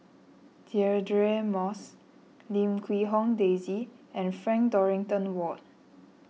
Deirdre Moss Lim Quee Hong Daisy and Frank Dorrington Ward